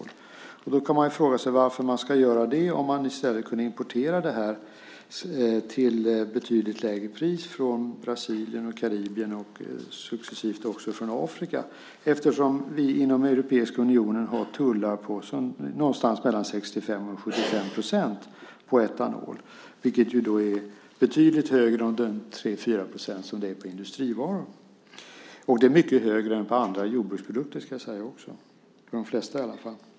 Då kan man ju fråga sig varför vi ska göra det om vi i stället kunde importera den till betydligt lägre pris från Brasilien, Karibien och successivt också från Afrika. Inom Europeiska unionen har vi ju tullar på någonstans mellan 65 och 75 % på etanol, vilket är betydligt högre än de 3 eller 4 % som gäller för industrivaror. Det är också mycket högre än på andra jordbruksprodukter, i alla fall de flesta.